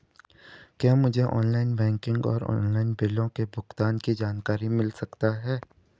क्या मुझे online banking और ऑनलाइन बिलों के भुगतान की जानकारी मिल सकता है?